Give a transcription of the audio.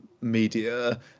media